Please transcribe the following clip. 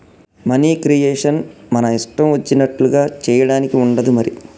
money creation మన ఇష్టం వచ్చినట్లుగా చేయడానికి ఉండదు మరి